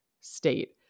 state